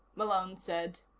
malone said.